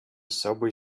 subway